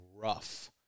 rough